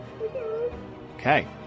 Okay